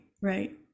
right